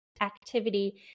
activity